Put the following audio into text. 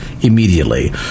immediately